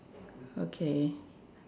okay